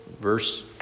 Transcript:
Verse